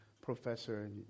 professor